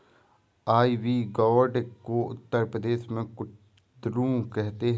ivy gourd को उत्तर प्रदेश में कुद्रुन कहते हैं